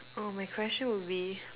oh my question would be